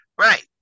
Right